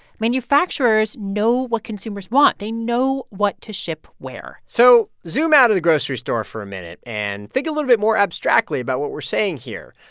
manufacturers know what consumers want. they know what to ship where so zoom out of the grocery store for a minute and think a little bit more abstractly about what we're saying here.